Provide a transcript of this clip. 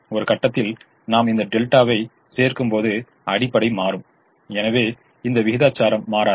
ஒரு கட்டத்தில் நாம் இந்த டெல்டாக்களைச் சேர்க்கும்போது அடிப்படை மாறும் எனவே இந்த விகிதாச்சாரம் மாறாது